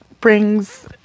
brings